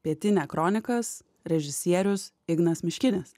pietinia kronikas režisierius ignas miškinis